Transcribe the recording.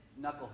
knucklehead